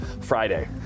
Friday